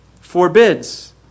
forbids